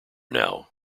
now